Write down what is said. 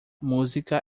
música